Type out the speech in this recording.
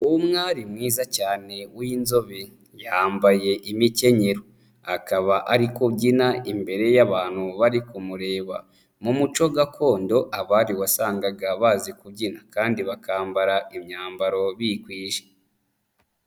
Umwari mwiza cyane w'inzobe, yambaye imikenyero. Akaba ari kubyinira imbere y'abantu bari kumureba. Mu muco gakondo, abari wasangaga bazi kubyina kandi bakambara imyambaro bigwi.